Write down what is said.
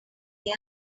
they